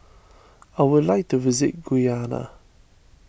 I would like to visit Guyana